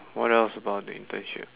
what else about the internship